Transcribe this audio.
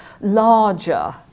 larger